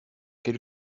quel